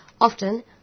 often